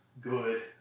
good